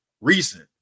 recent